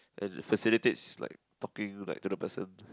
as it facilitates like talking like to the person